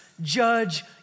judge